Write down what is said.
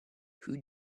who